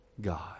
God